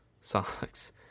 Socks